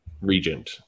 Regent